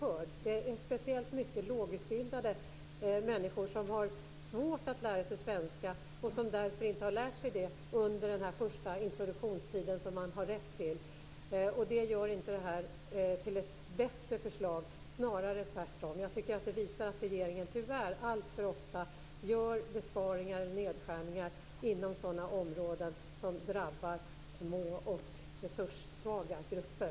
Det är speciellt många lågutbildade människor som har svårt att lära sig svenska och som därför inte har lärt sig det under den första introduktionstiden som man har rätt till. Det gör inte detta till ett bättre förslag, snarare tvärtom. Jag tycker att det visar att regeringen tyvärr alltför ofta gör besparingar och nedskärning på sådana områden där det drabbar små och resurssvaga grupper.